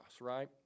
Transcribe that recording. right